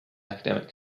academic